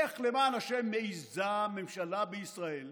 איך למען השם מעיזה ממשלה בישראל,